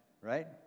right